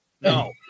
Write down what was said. No